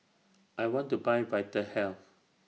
I want to Buy Vitahealth